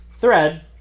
thread